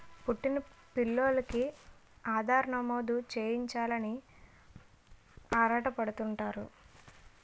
పుట్టిన పిల్లోలికి ఆధార్ నమోదు చేయించాలని ఆరాటపడుతుంటారు